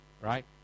Right